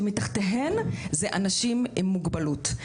שמתחתן זה אנשים עם מוגבלות.